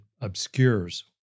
obscures